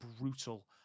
brutal